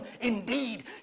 indeed